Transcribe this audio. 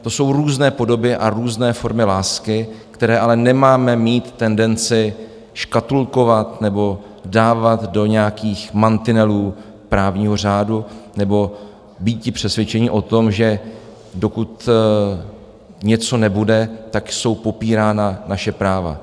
To jsou různé podoby a různé formy lásky, které ale nemáme mít tendenci škatulkovat nebo dávat do nějakých mantinelů právního řádu nebo býti přesvědčeni o tom, že dokud něco nebude, jsou popírána naše práva.